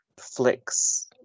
flicks